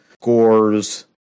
scores